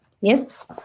Yes